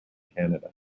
canada